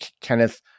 Kenneth